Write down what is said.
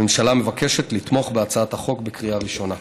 הממשלה מבקשת לתמוך בהצעת החוק בקריאה ראשונה.